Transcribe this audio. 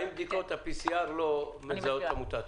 האם בדיקות ה-PCR לא מזהות את המוטציות?